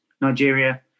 Nigeria